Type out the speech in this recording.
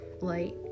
light